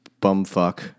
Bumfuck